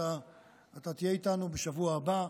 אתה תהיה איתנו בשבוע הבא,